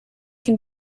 can